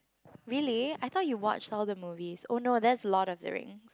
really I thought you watched all the movies oh no that's Lord of the Ring